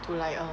to like um